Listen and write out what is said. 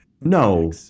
No